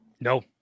no